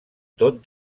tot